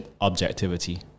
objectivity